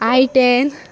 I ten